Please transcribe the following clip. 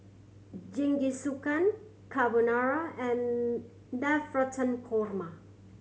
Jingisukan Carbonara and Navratan Korma